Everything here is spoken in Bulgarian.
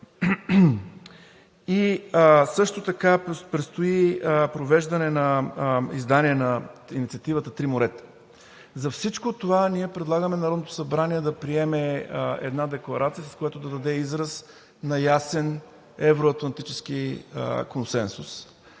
Също така предстои провеждане на издание на инициативата „Три морета“. За всичко това ние предлагаме Народното събрание да приеме една декларация, с която да даде израз на ясен евроатлантически консенсус